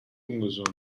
ungesund